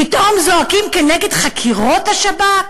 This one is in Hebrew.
פתאום זועקים כנגד חקירות השב"כ?